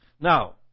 Now